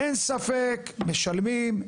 אין ספק, משלמים.